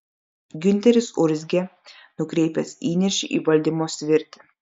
giunteris urzgė nukreipęs įniršį į valdymo svirtį